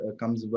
comes